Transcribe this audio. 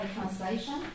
Translation